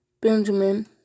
Benjamin